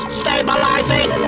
stabilizing